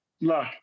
Look